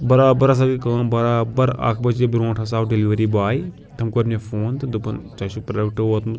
برابَر ہسا گٔے کٲم برابَر اکھ بجے بروٚنٛٹھ ہسا آو ڈِلِوری بوے تٔمۍ کوٚر مےٚ فون تہٕ دوٚپُن تۄہۍ چھُو پروڈَکٹ ووتمُت